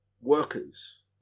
workers